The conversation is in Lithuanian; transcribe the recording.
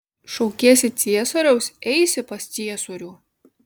šaukiesi ciesoriaus eisi pas ciesorių